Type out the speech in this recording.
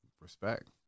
respect